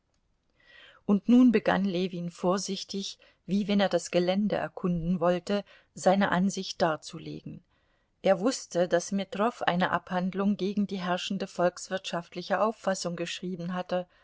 und nun begann ljewin vorsichtig wie wenn er das gelände erkunden wollte seine ansicht darzulegen er wußte daß metrow eine abhandlung gegen die herrschende volkswirtschaftliche auffassung geschrieben hatte